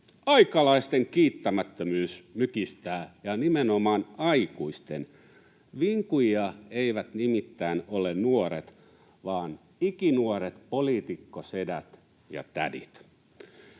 Aikalaisten kiittämättömyys mykistää, ja nimenomaan aikuisten. Vinkujia eivät nimittäin ole nuoret vaan ikinuoret poliitikkosedät ja ‑tädit,